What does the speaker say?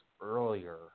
earlier